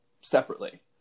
separately